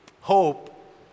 hope